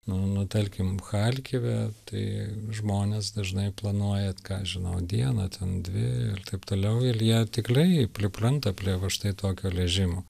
nu nu tarkim charkive tai žmonės dažnai planuoja ką aš žinau dieną ten dvi ir taip toliau ir jie tikrai pripranta prie va štai tokio režimo